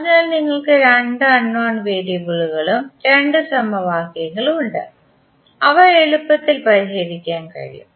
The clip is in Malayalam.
അതിനാൽ നിങ്ങൾക്ക് രണ്ട് അൺനോൺ വേരിയബിളുകളും രണ്ട് സമവാക്യങ്ങളും ഉണ്ട് അവ എളുപ്പത്തിൽ പരിഹരിക്കാൻ കഴിയും